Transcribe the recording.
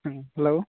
ହୁଁ ହ୍ୟାଲୋ